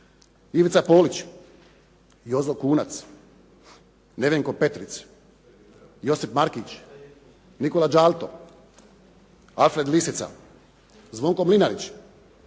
Ivica Folić, Jozo Kunac, Nevenko Petric, Josip Markić, Nikola Đalto, Alfred Lisica, Zvonko Mlinarić,